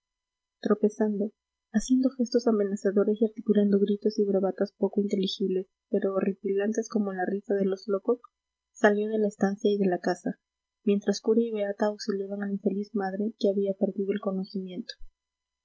tropezando haciendo gestos amenazadores y articulando gritos y bravatas poco inteligibles pero horripilantes como la risa de los locos salió de la estancia y de la casa mientras cura y beata auxiliaban a la infeliz madre que había perdido el conocimiento